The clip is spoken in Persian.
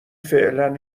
فعلا